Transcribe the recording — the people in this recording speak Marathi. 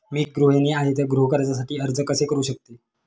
मी गृहिणी आहे तर गृह कर्जासाठी कसे अर्ज करू शकते?